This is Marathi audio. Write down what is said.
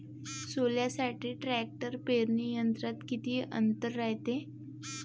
सोल्यासाठी ट्रॅक्टर पेरणी यंत्रात किती अंतर रायते?